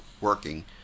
working